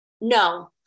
no